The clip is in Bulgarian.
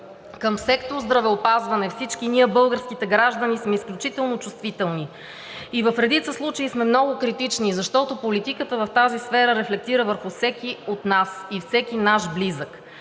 Към сектор „Здравеопазване“ всички ние, българските граждани, сме изключително чувствителни и в редица случаи сме много критични, защото политиката в тази сфера рефлектира върху всеки от нас и всеки наш близък.